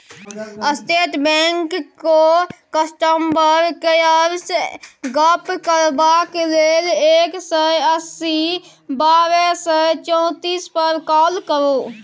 state बैंकक customer केयरसँ गप्प करबाक लेल एक सय अस्सी बारह सय चौतीस पर काँल करु